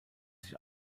sich